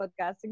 podcasting